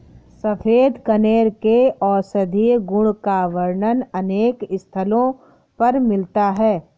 सफेद कनेर के औषधीय गुण का वर्णन अनेक स्थलों पर मिलता है